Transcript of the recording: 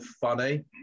funny